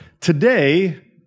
today